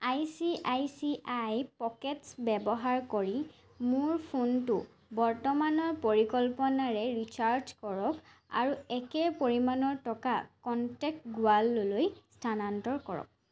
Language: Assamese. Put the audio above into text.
I C I C I pockets ব্যৱহাৰ কৰি মোৰ ফোনটো বৰ্তমানৰ পৰিকল্পনাৰে ৰিচাৰ্জ কৰক আৰু একে পৰিমাণৰ টকা কনটেক্ট গুৱাললৈ স্থানান্তৰ কৰক